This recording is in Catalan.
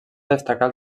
destacar